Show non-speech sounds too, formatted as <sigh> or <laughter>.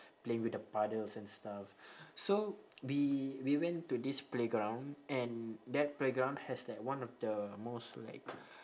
playing with the puddles and stuff <breath> so we we went to this playground and that playground has like one of the most like